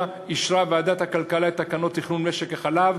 אישרה ועדת הכלכלה את תקנות תכנון משק החלב,